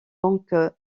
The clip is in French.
donc